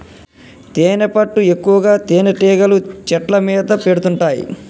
తేనెపట్టు ఎక్కువగా తేనెటీగలు చెట్ల మీద పెడుతుంటాయి